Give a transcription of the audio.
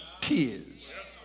tears